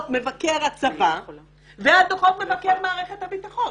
מבקר הצבא ועל דוחות מבקר מערכת הביטחון.